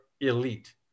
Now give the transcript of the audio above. elite